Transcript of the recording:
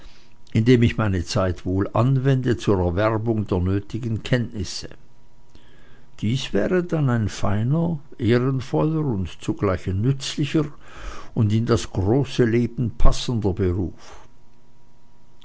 indem ich meine zeit wohl anwende zur erwerbung der nötigen kenntnisse dies wäre dann ein feiner ehrenvoller und zugleich ein nützlicher und in das große leben passender beruf